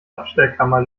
abstellkammer